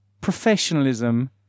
professionalism